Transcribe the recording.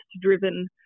driven